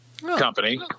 company